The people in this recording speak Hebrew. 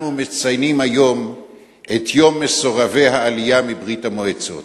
אנחנו מציינים היום את יום מסורבי העלייה מברית-המועצות,